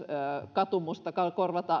katumusta